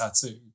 tattoo